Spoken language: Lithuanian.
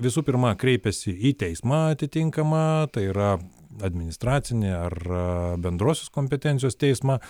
visų pirma kreipiasi į teismą atitinkamą tai yra administracinį ar bendrosios kompetencijos teismą